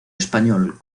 español